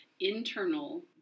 Internal